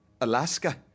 Alaska